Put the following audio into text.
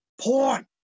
porn